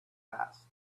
fast